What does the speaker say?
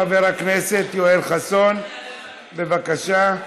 חבר הכנסת יואל חסון, בבקשה.